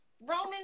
Roman